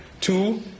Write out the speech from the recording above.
Two